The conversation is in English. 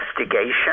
investigation